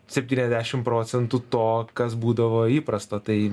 septyniasdešim procentų to kas būdavo įprasta tai